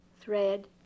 Thread